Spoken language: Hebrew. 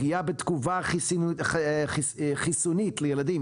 פגיעה בתגובה חיסונית בילדים,